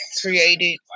created